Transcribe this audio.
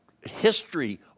history